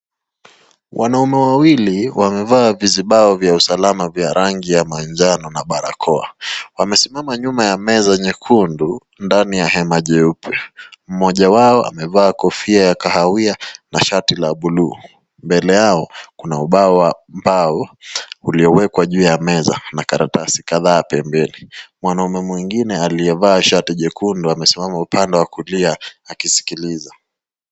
Wanaume wawili wamevaa vijibao vya usalama vya rangi ya manjano na barakoa, wamesimama nyuma ya meza jekundu ndani ya hema jeupe, mmoja wao amevaa kofia ya kahawia na shati la blue ,mbele yao kuna mbao iliyowekwa juu ya meza na karatasi kadhaa pembeni, mwanaume mwengine aliyevaa shati jekundu amesimama upande wa kulia akisikiliza.